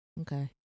okay